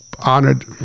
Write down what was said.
honored